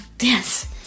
yes